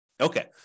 Okay